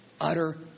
utter